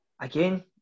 again